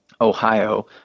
Ohio